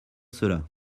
cela